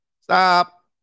stop